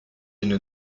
une